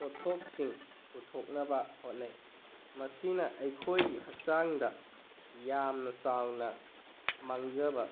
ꯄꯣꯠꯊꯣꯛꯁꯤꯡ ꯄꯨꯊꯣꯛꯅꯕ ꯍꯣꯠꯅꯩ ꯃꯁꯤꯅ ꯑꯩꯈꯣꯏꯒꯤ ꯍꯛꯆꯥꯡꯗ ꯌꯥꯝꯅ ꯆꯥꯎꯅ ꯃꯥꯡꯖꯕ